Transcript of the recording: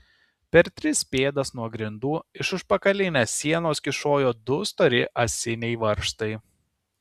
per tris pėdas nuo grindų iš užpakalinės sienos kyšojo du stori ąsiniai varžtai